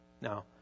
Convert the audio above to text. Now